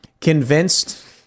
convinced